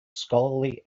scholarly